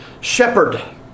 shepherd